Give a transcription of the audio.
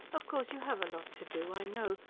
of course you have a lot to do, i know,